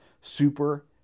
super